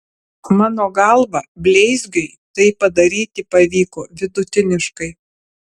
mano galva bleizgiui tai padaryti pavyko vidutiniškai